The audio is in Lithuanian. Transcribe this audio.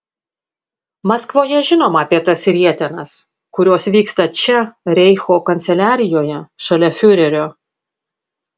maskvoje žinoma apie tas rietenas kurios vyksta čia reicho kanceliarijoje šalia fiurerio